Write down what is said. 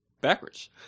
Backwards